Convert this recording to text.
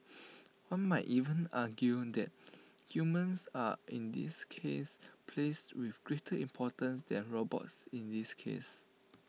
one might even argue that humans are in this case placed with greater importance than robots in this case